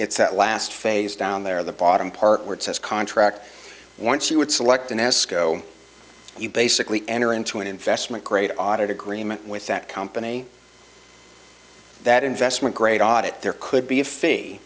it's that last phase down there the bottom part works as contract once you would select an escrow you basically enter into an investment grade audit agreement with that company that investment grade audit there could be a f